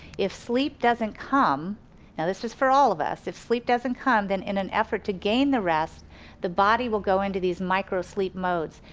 if sleep doesn't come, now this is for all of us. if sleep doesn't come, then in an effort to gain the rest the body will go into these micro-sleep modes.